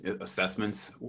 assessments